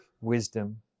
wisdom